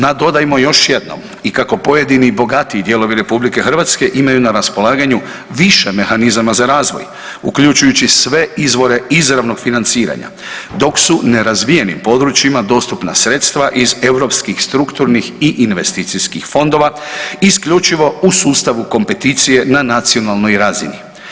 Nadodajmo još jedno i kako pojedini bogatiji dijelovi RH imaju na raspolaganju više mehanizama za razvoj, uključujući sve izvore izravnog financiranja dok su nerazvijenim područjima dostupna sredstva iz Europskih strukturnih i investicijskih fondova isključivo u sustavu kompeticije na nacionalnoj razini.